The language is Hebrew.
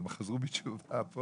אבל הם חזרו בתשובה פה,